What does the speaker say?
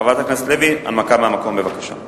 חברת הכנסת לוי, הנמקה מהמקום, בבקשה.